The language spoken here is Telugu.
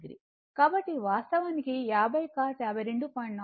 కాబట్టి వాస్తవానికి 50 cos 52